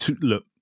look